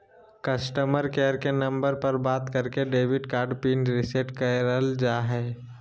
customer care के number पर बात करके डेबिट कार्ड पिन रीसेट करल जा हय